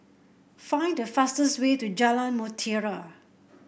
find the fastest way to Jalan Mutiara